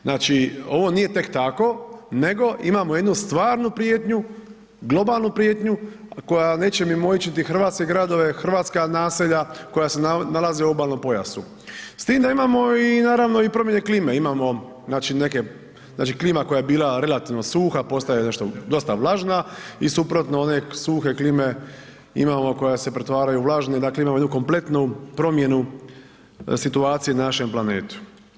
Znači, ovo nije tek tako nego imamo jednu stvarnu prijetnju, globalnu prijetnju koja neće mimoići niti hrvatske gradove, hrvatska naselja koja se nalaze u obalnom pojasu s tim da imamo i naravno i promjene klime, imamo znači neke, znači klima koja je bila relativno suha, postaje nešto dosta vlažna i suprotno, one suhe klime imamo koje se pretvaraju u vlažne, dakle imamo jednu kompletnu promjenu situacije na našem planetu.